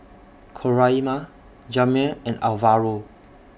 Coraima Jamir and Alvaro